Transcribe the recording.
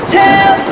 tell